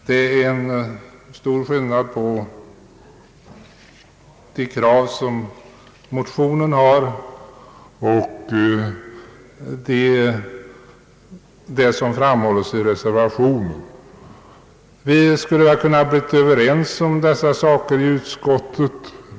Det är en stor skillnad mellan de krav som motionerna innehåller och de krav som framläggs i reservationen. Vi borde ha kunnat bli överens om dessa ting i utskottet.